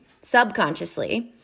subconsciously